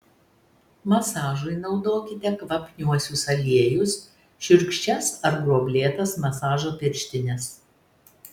masažui naudokite kvapniuosius aliejus šiurkščias ar gruoblėtas masažo pirštines